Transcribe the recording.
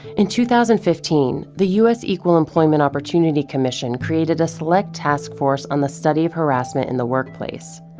in two thousand and fifteen, the u s. equal employment opportunity commission created a select task force on the study of harassment in the workplace.